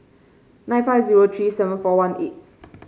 nine five zero three seven four one eight